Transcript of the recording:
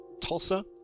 Tulsa